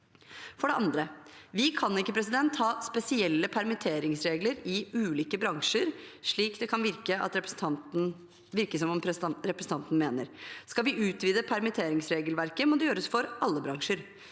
For det andre: Vi kan ikke ha spesielle permitteringsregler i ulike bransjer, slik det kan virke som om representanten mener. Skal vi utvide permitteringsregelverket, må det gjøres for alle bransjer.